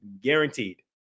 guaranteed